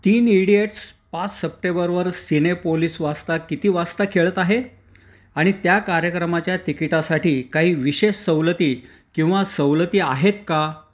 तीन इडियट्स पाच सप्टेबरवर सीनेपोलिस वाजता किती वाजता खेळत आहे आणि त्या कार्यक्रमाच्या तिकिटासाठी काही विशेष सवलती किंवा सवलती आहेत का